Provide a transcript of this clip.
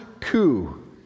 coup